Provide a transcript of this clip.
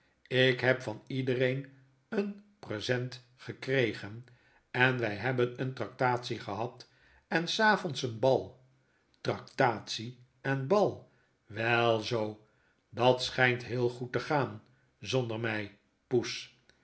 ik neb van iedereen een present gekregen en wy hebben een tractatie gehad en s avonds een bal tractatie en bal welzoo dat schynt heel goed te gaan zonder mij poes